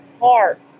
heart